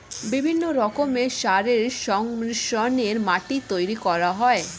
বিভিন্ন রকমের সারের সংমিশ্রণে মাটি তৈরি করা হয়